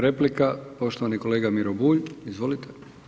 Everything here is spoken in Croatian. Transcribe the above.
Replika, poštovani kolega Miro Bulj, izvolite.